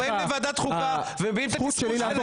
באים לוועדת חוקה ומביעים את התסכול שלהם.